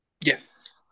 Yes